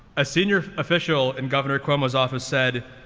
a senior official in governor cuomo's office said,